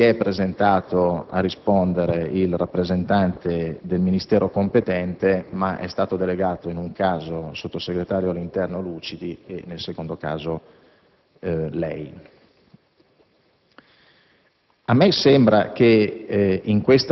e che, in più di un'occasione, non si è presentato a rispondere il rappresentante del Ministero competente ma sono stati delegati, in un caso, il sottosegretario all'interno Lucidi, e, nell'altro, lei,